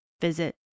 visit